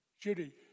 Judy